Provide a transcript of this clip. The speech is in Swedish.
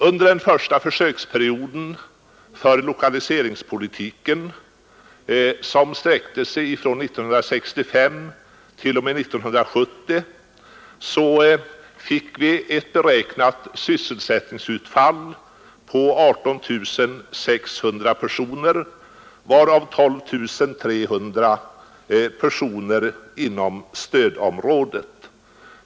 Under den första försöksperioden för lokaliseringspolitiken, som sträckte sig från 1965 t.o.m. 1970, fick vi ett beräknat sysselsättningsutfall på 18 600 personer, därav 12 300 personer inom stödområdet.